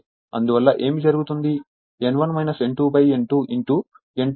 అందువల్ల ఏమి జరుగుతుంది N1 N2 N2 N2 N1 volt ampere ఆటో రాయవచ్చు